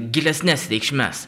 gilesnes reikšmes